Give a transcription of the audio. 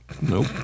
Nope